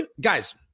guys